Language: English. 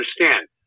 understand